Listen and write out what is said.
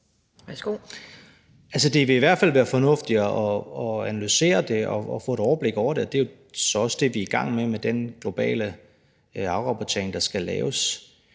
Det vil i hvert fald være fornuftigt at analysere det og få et overblik over det. Det er jo så også det, vi er i gang med med den globale afrapportering, der skal laves.